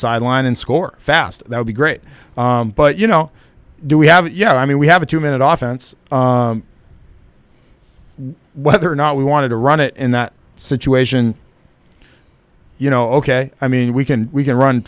sideline and score fast that would be great but you know do we have yeah i mean we have a two minute often pts whether or not we wanted to run it in that situation you know ok i mean we can we can run